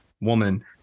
woman